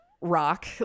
rock